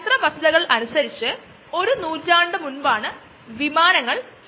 അതിന് ശേഷം ഏതാനും വർഷങ്ങൾ വരെയും ഏകദേശം 1980 വരെ അത് പന്നികളുടെ ആമാശയത്തിൽ നിന്ന് തന്നെ ആയിരുന്നു ലഭിക്കുന്നത്